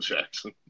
Jackson